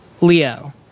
Leo